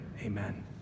Amen